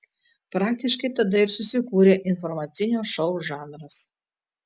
praktiškai tada ir susikūrė informacinio šou žanras